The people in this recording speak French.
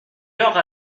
heure